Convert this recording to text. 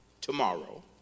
tomorrow